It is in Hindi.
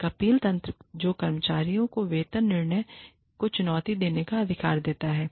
एक अपील तंत्र जो कर्मचारियों को वेतन निर्णय को चुनौती देने का अधिकार देता है